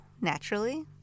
naturally